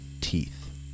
teeth